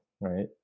right